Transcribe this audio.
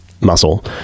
muscle